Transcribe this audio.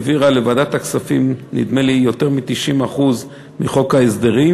העבירה לוועדת הכספים נדמה לי יותר מ-90% מחוק ההסדרים,